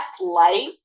light